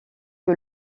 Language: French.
que